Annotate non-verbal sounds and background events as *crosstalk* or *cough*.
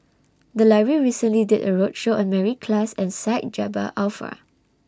The Library recently did A roadshow on Mary Klass and Syed *unintelligible*